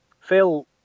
Phil